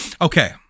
Okay